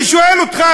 אני שואל אותך,